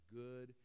good